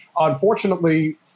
Unfortunately